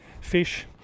fish